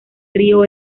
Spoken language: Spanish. río